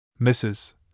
Mrs